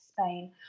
Spain